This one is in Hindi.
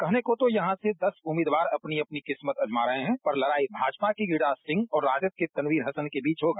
कहने को तो यहां से दस उम्मीदवार अपनी अपनी किस्मत आजमा रहे हैं पर भाजपा के गिरिराज सिंह और राजद के तनवीर हसन के बीच होगा